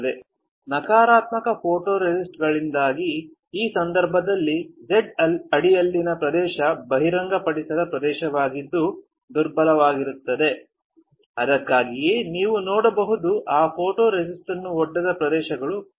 ನಕಾರಾತ್ಮಕ ಫೋಟೊರೆಸಿಸ್ಟ್ ಗಳಿಂದಾಗಿ ಈ ಸಂದರ್ಭದಲ್ಲಿ Z ಅಡಿಯಲ್ಲಿನ ಪ್ರದೇಶ ಬಹಿರಂಗಪಡಿಸದ ಪ್ರದೇಶವಾಗಿದ್ದು ದುರ್ಬಲವಾಗಿರುತ್ತದೆ ಅದಕ್ಕಾಗಿಯೇ ನೀವು ನೋಡಬಹುದು ಆ ಫೋಟೊರೆಸಿಸ್ಟ್ ಅನ್ನು ಒಡ್ಡದ ಪ್ರದೇಶಗಳಿಂದ ಕೆತ್ತಲಾಗಿದೆ